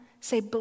say